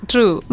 True